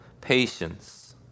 patience